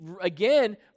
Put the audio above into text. again